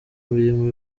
imirimo